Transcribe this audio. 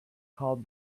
called